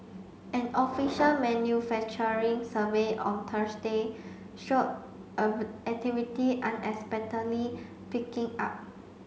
an official manufacturing survey on Thursday showed activity unexpectedly picking up